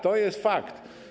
To jest fakt.